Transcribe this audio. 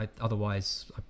Otherwise